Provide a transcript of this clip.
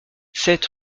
sept